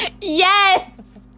Yes